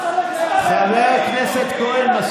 חבר הכנסת כהן.